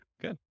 good